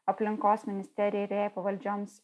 aplinkos ministerijai ir jai pavaldžioms